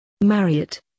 Marriott